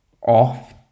off